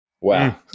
Wow